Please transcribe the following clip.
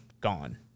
gone